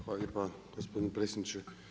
Hvala lijepa gospodine predsjedniče.